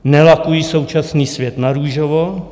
Nelakují současný svět narůžovo.